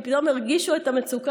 כי פתאום הרגישו את המצוקה,